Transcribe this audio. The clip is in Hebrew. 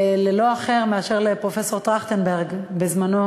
ללא אחר מאשר פרופסור טרכטנברג ממפלגתך,